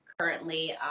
currently